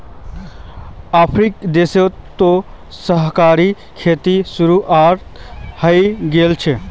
अफ्रीकी देश तो सहकारी खेतीर शुरुआत हइ गेल छ